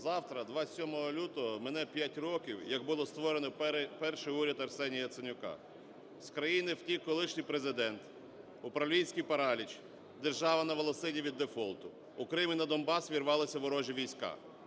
Завтра, 27 лютого, мине 5 років, як було створено перший уряд Арсенія Яценюка. З країни втік колишній Президент, управлінський параліч, держава на волосині від дефолту, у Крим і на Донбас ввірвалися ворожі війська.